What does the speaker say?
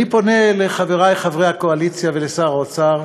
אני פונה לחברי חברי הקואליציה ולשר האוצר,